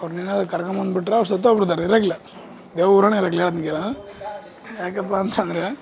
ಅವ್ರನ್ನೇನಾದ್ರು ಕರ್ಕೊಂಬ್ ಬಂದುಬಿಟ್ಟರೆ ಅವ್ರು ಸತ್ತೋಗಿಬಿಡ್ತಾರೆ ಇರಗಿಲ್ಲ ದೆವರಾಣೆ ಇರಗಿಲ್ಲ ಹೇಳ್ತೀನಿ ಕೇಳ ಯಾಕಪ್ಪ ಅಂತಂದರೆ